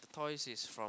toys is from